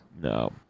No